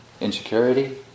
insecurity